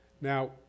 Now